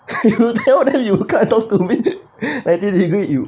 you tell them come and talk to me ninety degree you